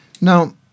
Now